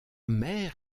mère